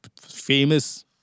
famous